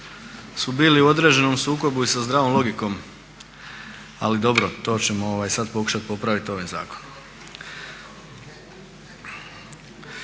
su bili u određenom sukobu i sa zdravom logikom, ali dobro to ćemo sad pokušati popraviti ovaj zakon.